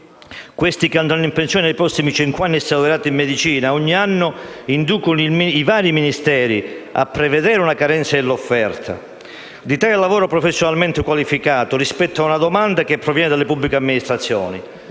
coloro che andranno in pensione nei prossimi cinque anni e sui laureati in medicina ogni anno inducono i vari Ministeri a prevedere una carenza dell'offerta di tale lavoro, professionalmente qualificato, rispetto alla domanda che proviene dalle pubbliche amministrazioni.